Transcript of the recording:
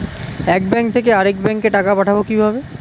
এক ব্যাংক থেকে আরেক ব্যাংকে টাকা পাঠাবো কিভাবে?